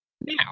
Now